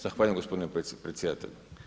Zahvaljujem gospodine predsjedatelju.